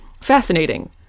fascinating